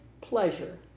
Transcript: pleasure